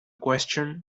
question